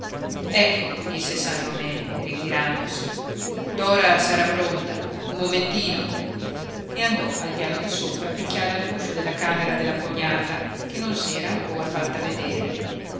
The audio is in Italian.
s'infocasse ecco disse san romé ritirandosi dora sarà pronta un momentino e andò al piano di sopra a picchiare all'uscio della camera della cognata che non s'era ancor fatta vedere